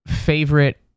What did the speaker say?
favorite